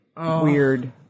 weird